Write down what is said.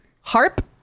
Harp